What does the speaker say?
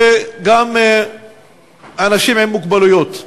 וגם אנשים עם מוגבלויות.